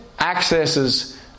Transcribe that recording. accesses